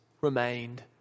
remained